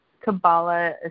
Kabbalah